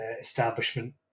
establishment